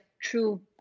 true